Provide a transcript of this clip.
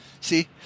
See